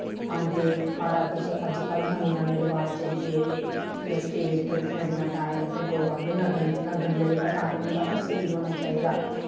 आंदे सारा किश अजकल्ल नमें नमें रवाज चली पेदे कुदै स्टेज पर किन्ना किन्ना टाइम ते लोग आखदे लगन लगन दा जेह्ड़ा टाइम होंदा ओह् स्हेई होना चाहिदा